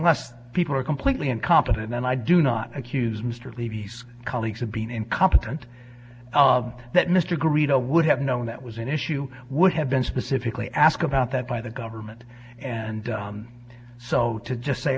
unless people are completely incompetent then i do not accuse mr levy's colleagues of being incompetent of the mr greta would have known that was an issue would have been specifically asked about that by the government and so to just say